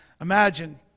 Imagine